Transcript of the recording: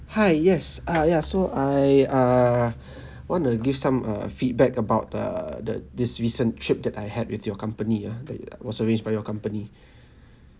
hi yes ah ya so I err want to give some uh feedback about err the this recent trip that I had with your company ah that was arranged by your company